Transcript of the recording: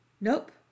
Nope